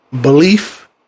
belief